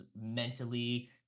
mentally